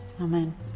Amen